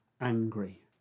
angry